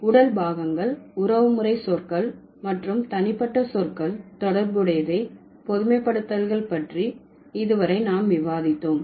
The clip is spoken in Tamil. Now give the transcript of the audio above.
உடல் பாகங்கள் உறவுமுறை சொற்கள் மற்றும் தனிப்பட்ட சொற்கள் தொடர்புடையதை பொதுமைப்படுத்தல்கள் பற்றி இது வரை நாம் விவாதித்தோம்